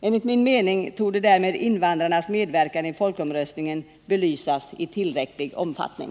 Enligt min mening torde därmed invandrarnas medverkan i folkomröstningen belysas i tillräcklig omfattning.